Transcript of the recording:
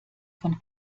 von